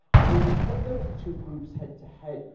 and when you put those two groups head to head,